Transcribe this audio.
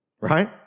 right